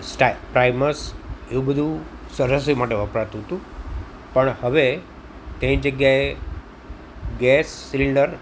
સ્ટા Primus એવું બધું સ રસોઈ માટે વપરાતું હતુ પણ હવે તેની જગ્યાએ ગેસ સિલિન્ડર